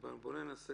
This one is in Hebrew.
בואו ננסה